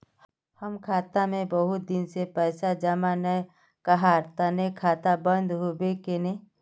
हम खाता में बहुत दिन से पैसा जमा नय कहार तने खाता बंद होबे केने?